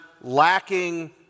lacking